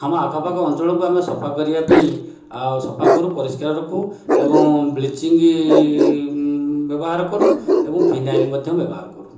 ଆମ ଆଖପାଖ ଅଞ୍ଚଳକୁ ଆମେ ସଫା କରିବା ପାଇଁ ଆଉ ସଫା କରୁ ପରିସ୍କାର ରଖୁ ଏବଂ ବ୍ଲିଚିଙ୍ଗ ବ୍ୟବହାର କରୁ ଏବଂ ଫିନାଇଲ ମଧ୍ୟ ବ୍ୟବହାର କରୁ